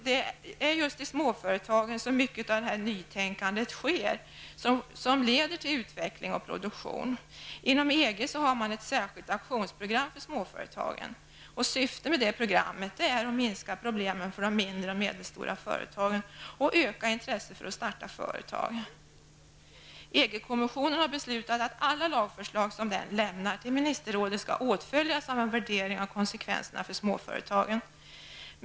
Det är just i småföretagen som mycket av nytänkandet förekommer, som i sin tur leder till utveckling och produktion. Inom EG finns det ett särskilt aktionsprogram för småföretagen. Syftet med detta program är att minska problemen för de mindre och medelstora företagen och att öka intresset för att starta företag. EG-kommissionen har beslutat att alla lagförslag som denna lämnar till ministerrådet skall åtföljas av en värdering av konsekvenserna för småföretagen.